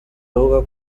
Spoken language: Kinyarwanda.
avuga